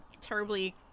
terribly